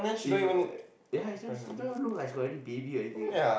if uh ya she don't even look like she got any baby or anything leh